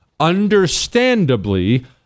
understandably